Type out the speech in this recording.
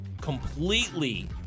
completely